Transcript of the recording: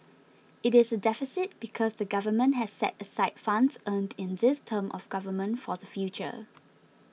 it is a deficit because the Government has set aside funds earned in this term of government for the future